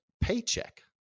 paycheck